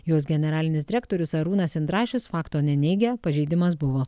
jos generalinis direktorius arūnas indrašius fakto neneigia pažeidimas buvo